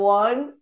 one